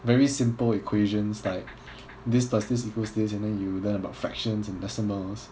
very simple equations like this plus this equals this and then you learn about fractions and decimals